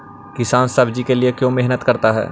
किसान सब्जी के लिए क्यों मेहनत करता है?